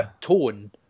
tone